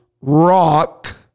rock